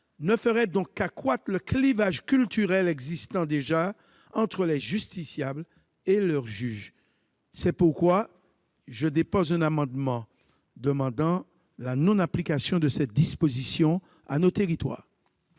ne ferait donc qu'accroître le clivage culturel qui existe déjà entre les justiciables et leurs juges. C'est pourquoi j'ai déposé un amendement tendant à la non-application de cette disposition à nos territoires.